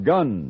Gun